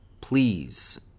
Please